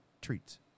treats